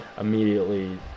immediately